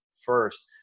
first